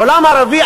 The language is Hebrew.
העולם הערבי,